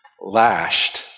lashed